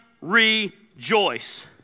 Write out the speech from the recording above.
rejoice